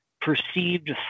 perceived